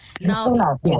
Now